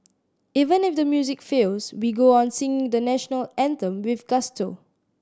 even if the music fails we go on singing the National Anthem with gusto